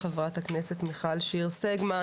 חברת הכנסת מיכל שיר סגמן,